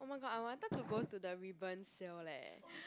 oh my god I wanted to go to the Reebonz sale leh